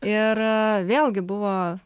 ir vėlgi buvo